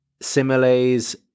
similes